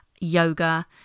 yoga